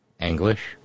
English